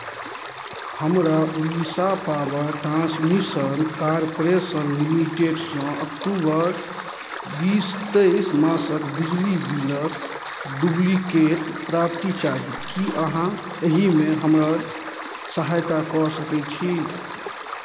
हमरा Orissa power transmission corporation लिमिटेडसँ October बीस तइस मासक बिजली बिलक डुप्लिकेट प्राप्ति चाही की अहाँ एहिमे हमर सहायता कऽ सकैत छी